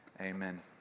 Amen